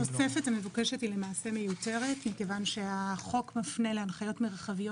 התוספת המבוקשת היא למעשה מיותרת מכיוון שהחוק מפנה להנחיות מרחביות